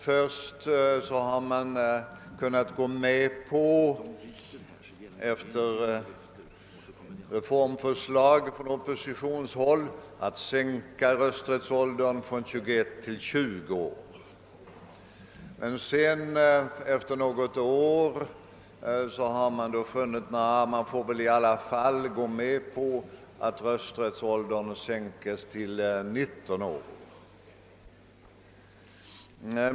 Först har man, efter förslag från oppositionshåll, gått med på en sänkning av rösträttsåldern från 21 till 20 år. Efter något år har man funnit att man måste gå med på en sänkning av rösträttsåldern till 19 år.